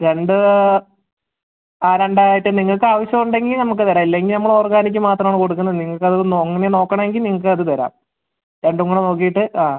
രണ്ട് ആ രണ്ടായിട്ട് നിങ്ങൾക്ക് അവശ്യം ഉണ്ടെങ്കിൽ നമുക്ക് തരാം ഇല്ലെങ്കിൽ നമ്മൾ ഓർഗാനിക് മാത്രമാണ് കൊടുക്കുന്നത് നിങ്ങൾക്കത് അങ്ങനെ നോക്കണമെങ്കിൽ നിങ്ങൾക്കത് തരാം രണ്ടും കൂടെ നോക്കിയിട്ട് ആ